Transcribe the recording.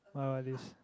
what about this